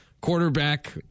quarterback